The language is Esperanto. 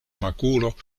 makulo